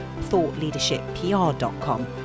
ThoughtLeadershipPR.com